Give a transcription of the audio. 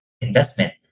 investment